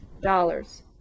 dollars